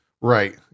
Right